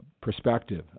perspective